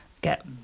get